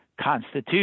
Constitution